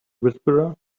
whisperer